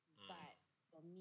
(uh huh)